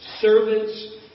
servants